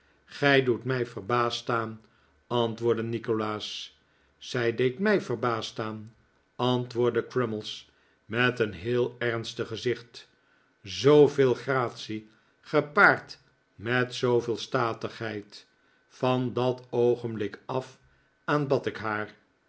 gij doet mij verbaasd staan antwoordde nikolaas zij deed mij verbaasd staan antwoordde crummies met een heel ernstig gezicht zooveel gratie gepaard met zooveel statigheid van dat oogenblik af aanbad ik haar